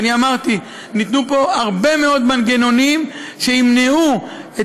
ואני אמרתי: ניתנו פה הרבה מאוד מנגנונים שימנעו את